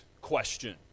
question